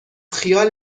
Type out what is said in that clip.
خیال